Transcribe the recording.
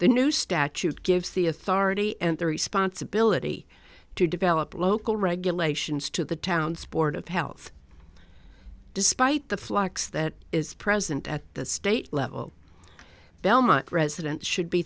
the new statute gives the authority and the responsibility to develop local regulations to the town's board of health despite the flacks that is present at the state level belmont residents should be